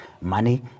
money